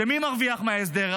ומי מרוויח מההסדר?